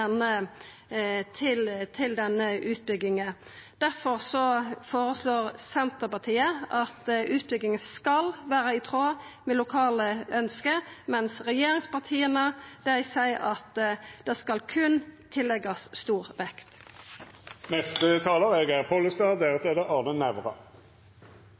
denne utbygginga. Difor føreslår Senterpartiet at utbygging skal vera i tråd med lokale ønske, mens regjeringspartia seier at det berre skal leggjast stor